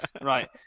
Right